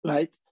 Right